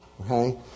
okay